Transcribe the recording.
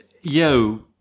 yo